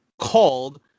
called